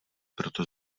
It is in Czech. proto